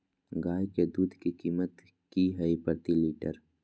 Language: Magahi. गाय के दूध के कीमत की हई प्रति लिटर?